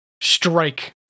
strike